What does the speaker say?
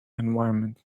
environment